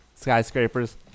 Skyscrapers